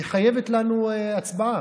היא חייבת לנו הצבעה.